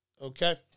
Okay